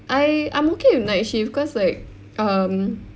I I'm okay with night shift because like um